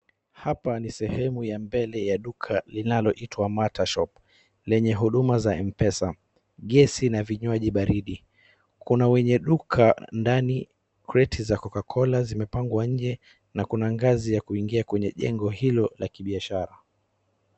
Hapa ni sehemu ya mbele ya duka linaloitwa Matah Shop lenye huduma za M-PESA, gesi na vinywaji baridi. Kuna wenye duka ndani, kreti za Coca Cola zimepangwa nje na kuna ngazi ya kuingia kwenye jengo hilo la kibiashara.